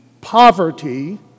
poverty